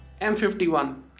M51